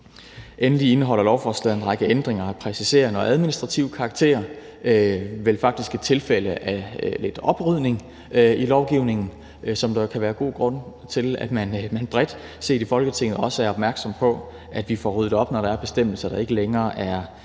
Endelig indeholder lovforslaget en række ændringer og præciseringer af administrativ karakter. Det er vel faktisk et tilfælde af lidt oprydning i lovgivningen, som der kan være god grund til at man bredt set i Folketinget også er opmærksom på, altså at vi får ryddet op, når der er bestemmelser, der ikke længere er